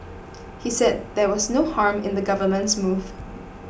he said there was no harm in the government's move